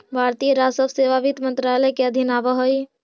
भारतीय राजस्व सेवा वित्त मंत्रालय के अधीन आवऽ हइ